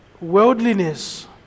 Worldliness